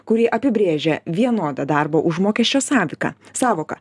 kuri apibrėžia vienodą darbo užmokesčio saviką sąvoką